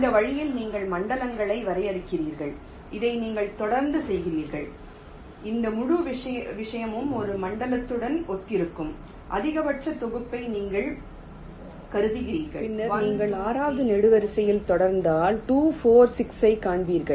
இந்த வழியில் நீங்கள் மண்டலங்களை வரையறுக்கிறீர்கள் இதை நீங்கள் தொடர்ந்து செய்கிறீர்கள் இந்த முழு விஷயமும் ஒரு மண்டலத்துடன் ஒத்திருக்கும் இங்கே நீங்கள் அதிகபட்ச தொகுப்பை 1 2 3 4 5 கருதுகிறீர்கள் பின்னர் நீங்கள் ஆறாவது நெடுவரிசையில் தொடர்ந்தால் 2 4 6 ஐக் காண்பீர்கள்